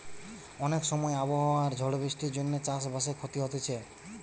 অনেক সময় আবহাওয়া আর ঝড় বৃষ্টির জন্যে চাষ বাসে ক্ষতি হতিছে